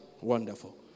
Wonderful